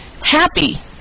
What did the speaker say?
happy